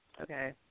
okay